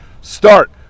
start